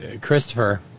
Christopher